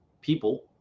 people